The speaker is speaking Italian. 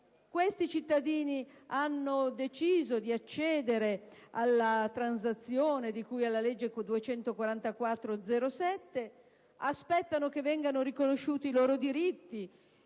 Questi cittadini hanno deciso di accedere alla transazione di cui alla legge n. 244 del 2007 e aspettano che siano riconosciuti i loro diritti